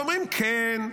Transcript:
ואומרים: כן,